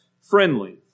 friendly